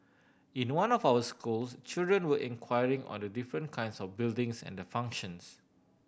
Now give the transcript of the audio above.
in one of our schools children were inquiring on the different kinds of buildings and their functions